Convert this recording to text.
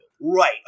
Right